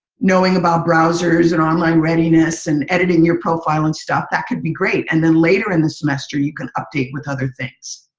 knowing about browsers and online readiness and editing your profile and stuff, that could be great. and then later in the semester, you can update with other things.